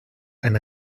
ein